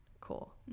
cool